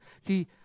See